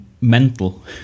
mental